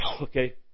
Okay